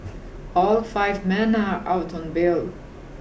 all five men are out on bail